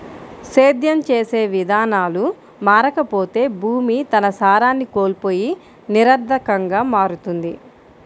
సేద్యం చేసే విధానాలు మారకపోతే భూమి తన సారాన్ని కోల్పోయి నిరర్థకంగా మారుతుంది